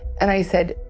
and i said,